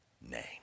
name